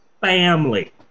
Family